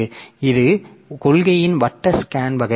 எனவே இது கொள்கையின் வட்ட ஸ்கேன் வகை